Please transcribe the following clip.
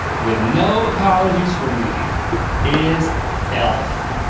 with no apologies from me is elf.